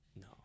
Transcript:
No